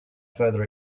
further